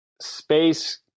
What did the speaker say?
space